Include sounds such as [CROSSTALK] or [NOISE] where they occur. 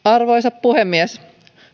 [UNINTELLIGIBLE] arvoisa puhemies